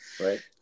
right